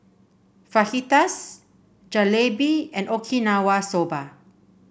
Fajitas Jalebi and Okinawa Soba